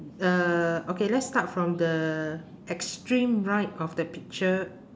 uh okay let's start from the extreme right of the picture